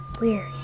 weird